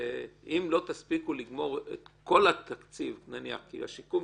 אם לא תספיקו לגמור את כל התקציב נניח כי השיקום,